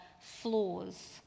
flaws